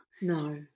No